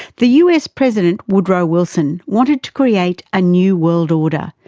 the u. s. president, woodrow wilson, wanted to create a new world order,